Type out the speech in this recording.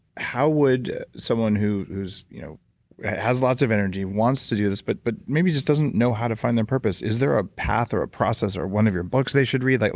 how would someone who you know has lots of energy, wants to do this but but maybe just doesn't know how to find their purpose. is there a path or a process or one of your books they should read? like